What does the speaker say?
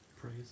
Praise